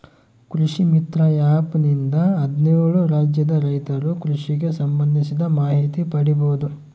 ಕೃಷಿ ಮಿತ್ರ ಆ್ಯಪ್ ನಿಂದ ಹದ್ನೇಳು ರಾಜ್ಯದ ರೈತರು ಕೃಷಿಗೆ ಸಂಭಂದಿಸಿದ ಮಾಹಿತಿ ಪಡೀಬೋದು